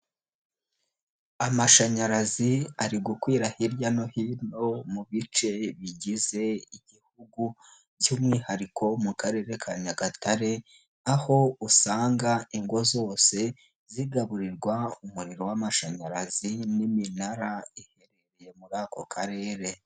Amashanyarazi ari gukwira hirya no hino mu bice bigize igihugu by'umwihariko mu karere ka Nyagatare, aho usanga ingo zose zigaburirwa umuriro w'amashanyarazi n'iminara iherereye muri ako karere.